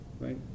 right